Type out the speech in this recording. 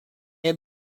have